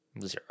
Zero